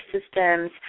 systems